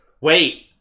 Wait